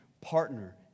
partner